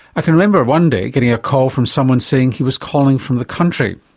i can remember one day getting a call from someone saying he was calling from the country.